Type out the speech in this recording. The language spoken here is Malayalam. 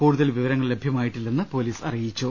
കൂടുതൽ വിവരങ്ങൾ ലഭ്യ മായിട്ടില്ലെന്ന് പൊലീസ് അറിയിച്ചു